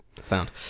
sound